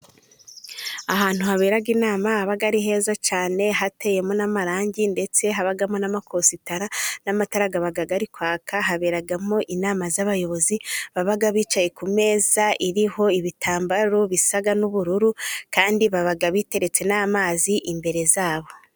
Ahantu habera inama, haba ari heza cyane, hateyemo n'amarangi, ndetse habamo n'amakositara n'amatara aba ari kwaka, haberamo inama z'abayobozi baba bicaye ku meza iriho ibitambaro bisa n'ubururu, kandi baba biteretse n'amazi imbere yabo.